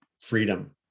freedom